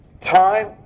time